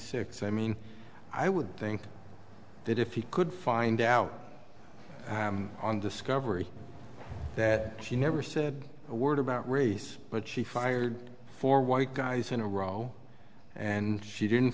well i mean i would think that if you could find out on discovery that she never said a word about race but she fired four white guys in a row and she didn't